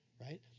right